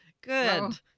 Good